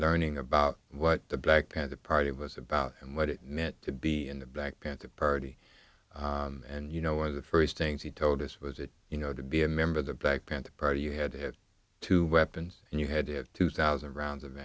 learning about what the black panther party of us about and what it meant to be in the black panther party and you know one of the first things he told us was that you know to be a member of the black panther party you had to have two weapons and you had to have two thousand rounds of